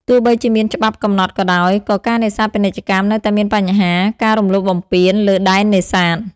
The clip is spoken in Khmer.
ទោះបីជាមានច្បាប់កំណត់ក៏ដោយ ក៏ការនេសាទពាណិជ្ជកម្មនៅតែមានបញ្ហា ការរំលោភបំពាន លើដែននេសាទ។